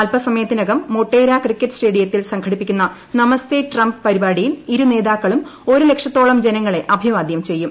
അൽപസമയത്തിനകം മൊട്ടേര ക്രിക്കറ്റ് സ്റ്റേഡിയത്തിൽ സംഘടിപ്പിക്കുന്ന നമസ്തേ ട്രംപ് പരിപാടിയിൽ ഇരു നേതാക്കളും ഒരു ലക്ഷത്തോളം ജനങ്ങളെ അഭിവാദ്യം ചെയ്യും